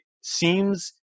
seems